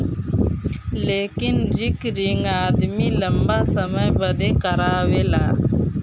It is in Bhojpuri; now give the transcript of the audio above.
लेकिन रिकरिंग आदमी लंबा समय बदे करावेला